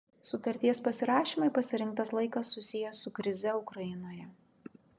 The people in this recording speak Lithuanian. sutarties pasirašymui pasirinktas laikas susijęs su krize ukrainoje